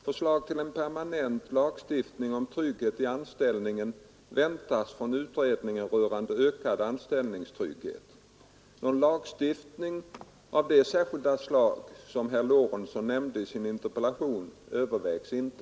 Förslag till en permanent lagstiftning om tryggheten i anställningen väntas från utredningen rörande ökad anställningstrygghet. Någon lagstiftning av det särskilda slag som herr Lorentzon nämner i sin interpellation övervägs inte.